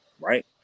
right